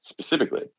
specifically